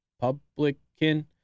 Republican